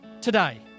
today